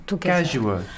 casual